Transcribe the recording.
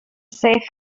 safe